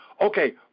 Okay